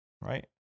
Right